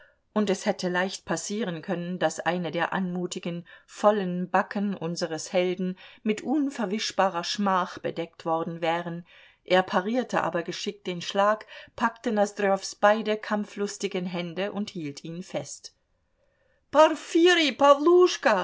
und es hätte leicht passieren können daß eine der anmutigen vollen backen unseres helden mit unverwischbarer schmach bedeckt worden wäre er parierte aber geschickt den schlag packte nosdrjows beide kampflustigen hände und hielt ihn fest